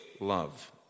love